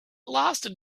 lasted